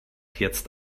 jetzt